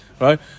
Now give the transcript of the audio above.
Right